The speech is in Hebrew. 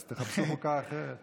אז תחפשו חוקה אחרת.